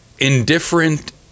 indifferent